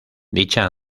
dicha